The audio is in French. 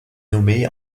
nommée